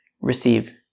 receive